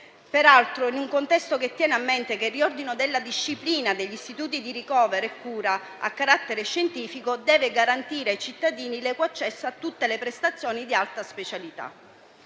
peraltro, in un contesto che tiene a mente che il riordino della disciplina degli Istituti di ricovero e cura a carattere scientifico deve garantire ai cittadini l'equo accesso a tutte le prestazioni di alta specialità.